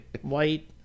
White